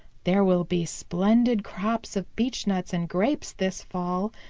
there will be splendid crops of beechnuts and grapes this fall.